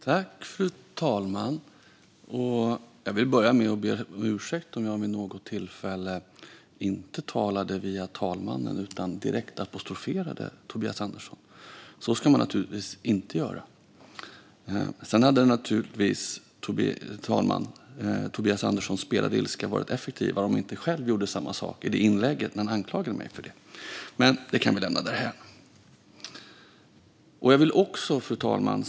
Fru talman! Jag vill börja med att be om ursäkt om jag vid något tillfälle inte talade via talmannen utan direkt apostroferade Tobias Andersson. Så ska man naturligtvis inte göra. Fru talman! Sedan hade Tobias Anderssons spelade ilska naturligtvis varit effektivare om han inte själv gjorde samma sak i det inlägget men anklagar mig för det. Men det kan vi lämna därhän. Fru talman!